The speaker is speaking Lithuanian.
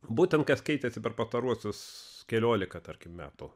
būtent kas keitėsi per pastaruosius keliolika tarkim metų